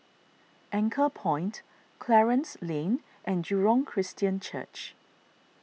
Anchorpoint Clarence Lane and Jurong Christian Church